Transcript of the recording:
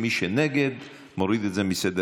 מי שנגד, להוריד את זה מסדר-היום.